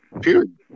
Period